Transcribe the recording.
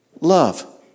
love